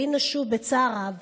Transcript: והינה, שוב, בצער רב,